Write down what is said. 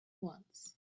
wants